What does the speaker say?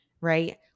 right